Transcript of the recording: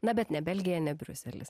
na bet ne belgija ne briuselis